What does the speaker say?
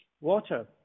water